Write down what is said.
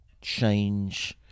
change